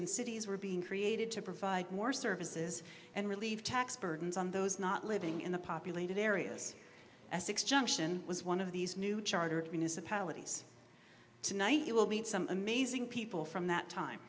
and cities were being created to provide more services and relieve tax burdens on those not living in the populated areas essex junction was one of these new charter municipalities tonight you will meet some amazing people from that time